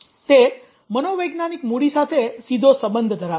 તે મનોવૈજ્ઞાનિક મૂડી સાથે સીધો સંબંધ ધરાવે છે